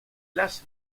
las